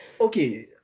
Okay